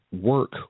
work